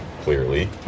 clearly